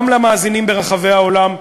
גם למאזינים ברחבי העולם,